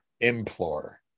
Implore